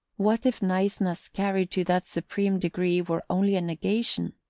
what if niceness carried to that supreme degree were only a negation,